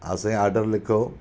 हा साईं आडर लिखो